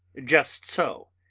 just so.